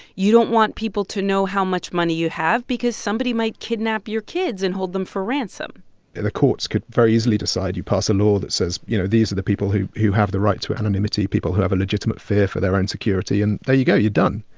you don't want people to know how much money you have because somebody might kidnap your kids and hold them for ransom and the courts could very easily decide you pass a law that says, you know, these are the people who who have the right to anonymity, people who have a legitimate fear for their own security. and there you go. you're done.